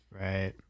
Right